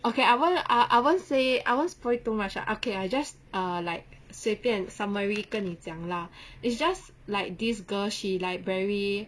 okay I won't I I won't say I won't spoil it too much ah okay I just ah like 随便 summary 跟你讲 lah it's just like this girl she like very